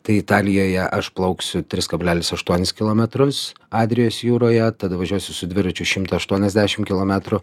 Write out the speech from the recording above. tai italijoje aš plauksiu tris kablelis aštuonis kilometrus adrijos jūroje tada važiuosiu su dviračiu šimtą aštuoniasdešim kilometrų